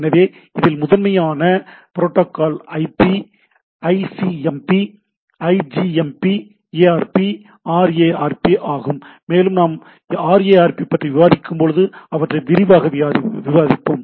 எனவே இதில் முதன்மையான protocol IP ICMP IGMP ARP RARP ஆகும் மேலும் நாம் ஆர்ஏஆர்பி பற்றி விவாதிக்கும்போது அவற்றை விரிவாக விவாதிப்போம்